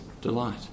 delight